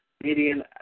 Median